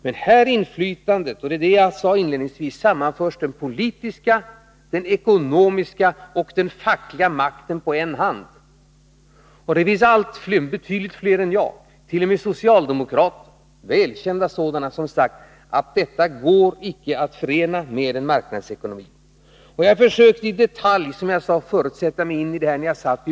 Med detta inflytande, som jag sade inledningsvis, sammanförs den politiska, den ekonomiska och den fackliga makten på en hand. Det är betydligt fler än jag, t.o.m. socialdemokrater, välkända sådana, som har sagt att detta icke går att förena med en marknadsekonomi. När jag satt i utredningen försökte jag att i detalj, som jag sade förut, sätta mig in i detta.